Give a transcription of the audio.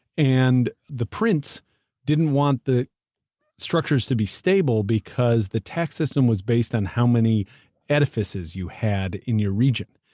and the prince didn't want the structures to be stable because the tax system was based on how many edifices you had in your region.